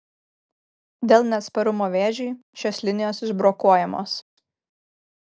dėl neatsparumo vėžiui šios linijos išbrokuojamos